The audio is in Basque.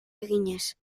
eginez